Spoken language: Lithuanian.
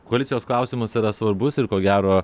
koalicijos klausimas yra svarbus ir ko gero